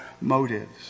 motives